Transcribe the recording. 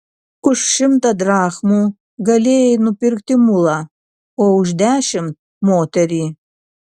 už šimtą drachmų galėjai nupirkti mulą o už dešimt moterį